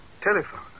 Telephone